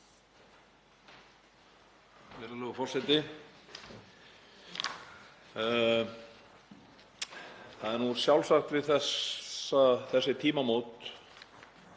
Það er sjálfsagt við þessi tímamót